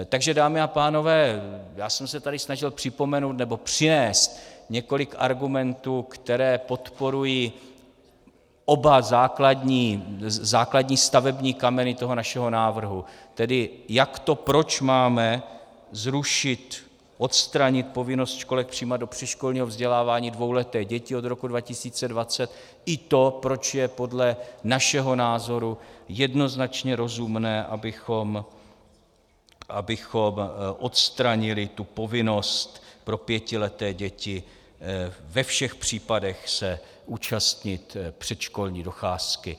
Takže dámy a pánové, snažil jsem se tady připomenout nebo přinést několik argumentů, které podporují oba základní stavební kameny našeho návrhu, tedy jak to, proč máme zrušit, odstranit povinnost školek přijímat do předškolního vzdělávání dvouleté děti od roku 2020, i to, proč je podle našeho názoru jednoznačně rozumné, abychom odstranili povinnost pro pětileté děti ve všech případech se účastnit předškolní docházky.